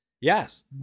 yes